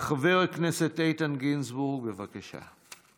חבר הכנסת איתן גינזבורג, בבקשה.